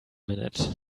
minute